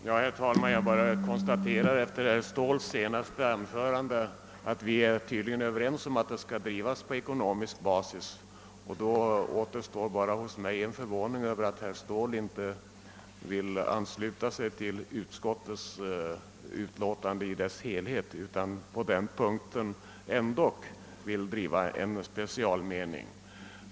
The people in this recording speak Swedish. Herr talman! Efter herr Ståhls senaste anförande kan jag bara konstatera, att vi tydligen är överens om att det statliga företaget skall drivas på ekonomisk basis. Då återstår bara hos mig en förvåning över att herr Ståhl inte vill ansluta sig till utskottets utlåtande i dess helhet, utan på en punkt ändå vill driva en särmening.